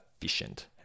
efficient